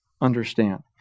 understand